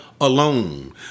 alone